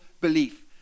belief